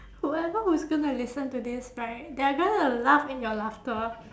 whoever who's gonna listen to this right they're gonna laugh in your laughter